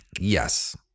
Yes